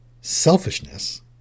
selfishness